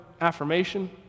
affirmation